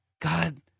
God